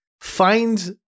find